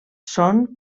són